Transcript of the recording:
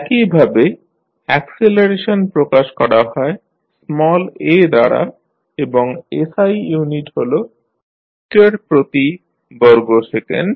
একইভাবে অ্যাকসিলারেশন প্রকাশ করা হয় স্মল a দ্বারা এবং SI ইউনিট হল মিটার প্রতি বর্গ সেকেন্ড